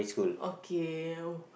okay